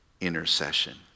intercession